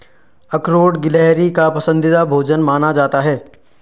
अखरोट गिलहरी का पसंदीदा भोजन माना जाता है